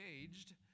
engaged